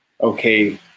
okay